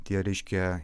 tie reiškia